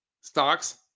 stocks